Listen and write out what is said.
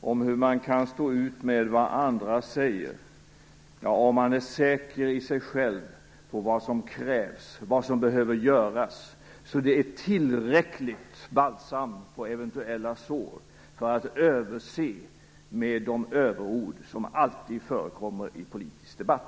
om hur man kan stå ut med vad andra säger. Om man är säker i sig själv på vad som krävs och vad som behöver göras är det ett tillräckligt balsam på eventuella sår för att överse med de överord som alltid förekommer i en politisk debatt.